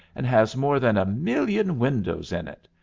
and has more than a million windows in it.